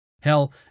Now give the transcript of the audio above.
Hell